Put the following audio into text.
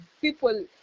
people